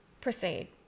Proceed